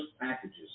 packages